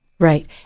Right